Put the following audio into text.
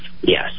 Yes